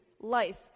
life